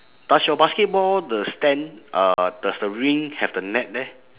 does your basketball the stand uh does the ring have the net there